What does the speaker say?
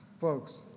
Folks